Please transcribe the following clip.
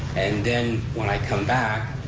and then when i come back,